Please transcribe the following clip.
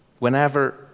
Whenever